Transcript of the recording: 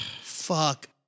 Fuck